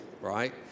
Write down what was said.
right